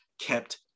kept